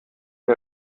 der